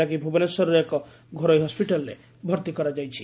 ଲାଗି ଭୁବନେଶ୍ୱରର ଏକ ଘରୋଇ ହସପିଟାଲ୍ରେ ଭଉି କରାଯାଇଛି